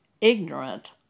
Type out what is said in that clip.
ignorant